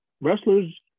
wrestlers